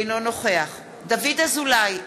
אינו נוכח דוד אזולאי,